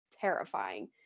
terrifying